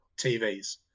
tvs